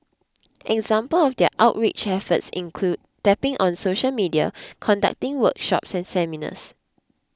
examples of their outreach efforts include tapping on social media conducting workshops and seminars